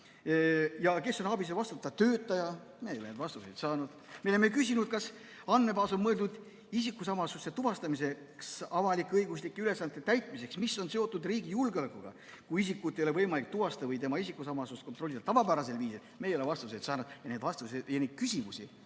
ja kes on vastutav töötaja. Vastuseid me pole saanud. Me oleme küsinud, kas andmebaas on mõeldud isikusamasuse tuvastamiseks avalik-õiguslike ülesannete täitmisel, mis on seotud riigi julgeolekuga, kui isikut ei ole võimalik tuvastada või tema isikusamasust kontrollida tavapärasel viisil. Me ei ole vastuseid saanud. Aga neid küsimusi